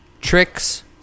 tricks